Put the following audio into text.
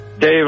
Dave